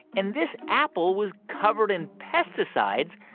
and this apple was covered in pesticides,